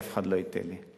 כי אף אחד לא ייתן לי.